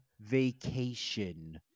vacation